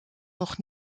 nog